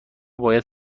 باید